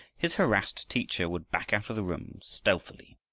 his harassed teacher would back out of the room stealthily,